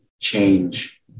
change